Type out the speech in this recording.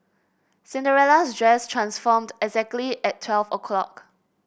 Cinderella's dress transformed exactly at twelve o' clock